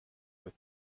with